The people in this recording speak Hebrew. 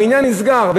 והעניין נסגר.